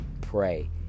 pray